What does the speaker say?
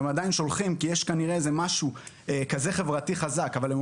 הן עדין שולחות כי יש בזה משהו חברתי חזק אבל הן